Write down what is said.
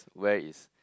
where is